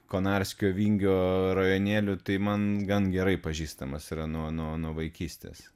konarskio vingio rajonėly tai man gan gerai pažįstamas yra nuo nuo vaikystės